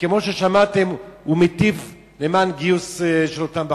וכמו ששמעתם, הוא מיטיב למען גיוס של אותם בחורים.